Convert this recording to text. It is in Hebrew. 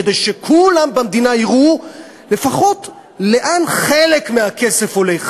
כדי שכולם במדינה יראו לפחות לאן חלק מהכסף הולך.